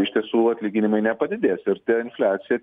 o iš tiesų atlyginimai nepadidės ir ta infliacija